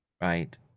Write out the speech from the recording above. right